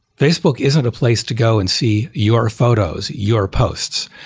facebook isn't a place to go and see your photos, your posts,